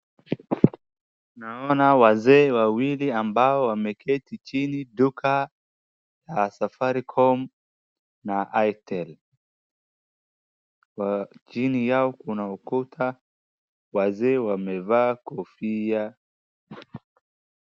Naona wazee wawili ambao wameketi chini duka la safaricoma na airtel. Chini yao kuna ukuta, wazee wamevaa kofia.